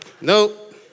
Nope